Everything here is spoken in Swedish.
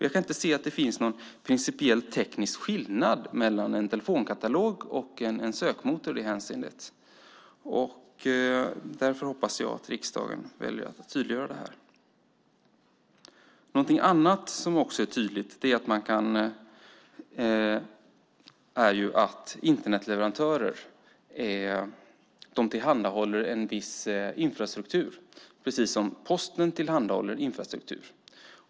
Jag kan inte se att det finns någon principiell teknisk skillnad mellan en telefonkatalog och en sökmotor i det hänseendet. Därför hoppas jag att riksdagen väljer att tydliggöra detta. Något annat som också är tydligt är att Internetleverantörer tillhandahåller en viss infrastruktur, precis som Posten tillhandahåller infrastruktur.